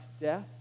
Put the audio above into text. death